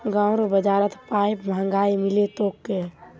गांउर बाजारत पाईप महंगाये मिल तोक